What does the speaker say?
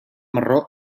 marró